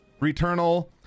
Returnal